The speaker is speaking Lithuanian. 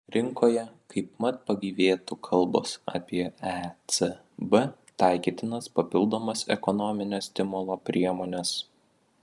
rinkoje kaip mat pagyvėtų kalbos apie ecb taikytinas papildomas ekonominio stimulo priemones